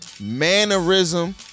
mannerism